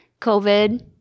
COVID